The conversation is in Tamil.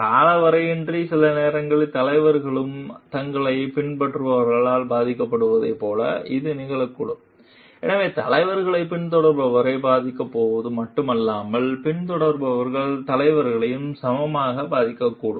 காலவரையின்றி சில நேரங்களில் தலைவர்களும் தங்களைப் பின்பற்றுபவர்களால் பாதிக்கப்படுவதைப் போல இது நிகழக்கூடும் எனவே தலைவர் பின்தொடர்பவரை பாதிக்கப் போவது மட்டுமல்லாமல் பின்தொடர்பவர்கள் தலைவரை சமமாக பாதிக்கக்கூடும்